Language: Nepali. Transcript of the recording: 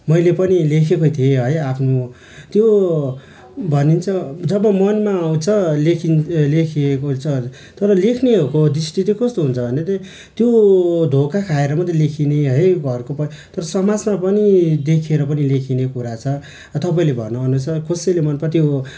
मैले पनि लेखेको थिएँ है आफ्नो त्यो भनिन्छ जब मनमा आउँछ लेखिन ए लेखिएको छ तर लेख्नेहरूको दृष्टि चाहिँ कस्तो हुन्छ भने त त्यो धोका खाएर मात्रै लेखिने है घरको प तर समाजमा पनि देखेर पनि लेखिने कुरा छ तपाईँले भनेअनुसार कसैले मनमा त्यो